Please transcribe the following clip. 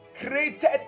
created